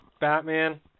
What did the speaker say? Batman